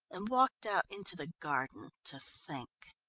and walked out into the garden to think.